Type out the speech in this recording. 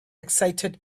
excited